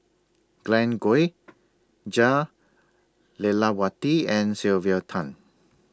Glen Goei Jah Lelawati and Sylvia Tan